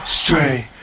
straight